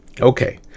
Okay